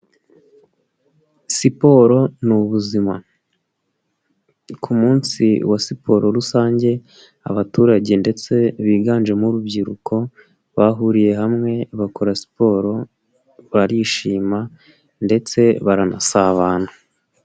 Siporo ni ubuzima, ku munsi wa siporo rusange abaturage ndetse biganjemo urubyiruko bahuriye hamwe bakora siporo barishima ndetse baranasabana.